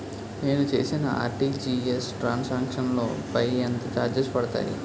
నేను చేసిన RTGS transaction లో పై ఎంత చార్జెస్ పడతాయి?